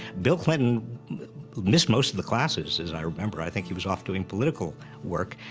bill clinton missed most of the classes, as i remember. i think he was off doing political work.